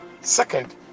second